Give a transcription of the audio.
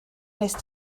wnest